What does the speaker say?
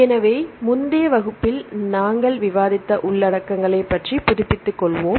எனவே முந்தைய வகுப்பில் நாங்கள் விவாதித்த உள்ளடக்கங்களைப் பற்றி புதுப்பித்துக்கொள்வோம்